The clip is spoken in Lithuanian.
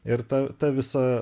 ir ta ta visa